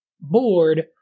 board